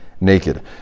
naked